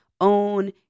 own